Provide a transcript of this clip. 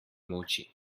molči